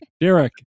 Derek